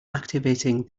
activating